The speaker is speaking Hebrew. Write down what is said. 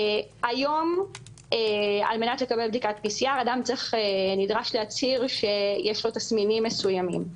היום על מנת לקבל בדיקת PCR אדם נדרש להצהיר שיש לו תסמינים מסוימים.